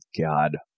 God